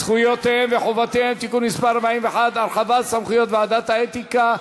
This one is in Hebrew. זכויותיהם וחובותיהם (תיקון מס' 41) (הרחבת סמכויות ועדת האתיקה),